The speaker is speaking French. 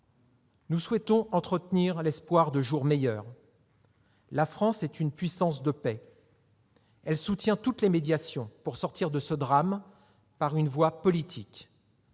Nous souhaitons entretenir l'espoir de jours meilleurs. La France est une puissance de paix. Elle soutient toutes les médiations pour sortir de ce drame par une voie politique.